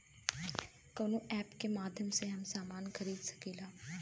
कवना ऐपके माध्यम से हम समान खरीद सकीला?